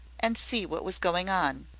and see what was going on.